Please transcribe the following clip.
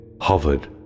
hovered